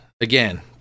again